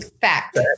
Fact